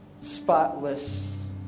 spotless